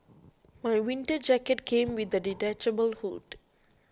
my winter jacket came with a detachable hood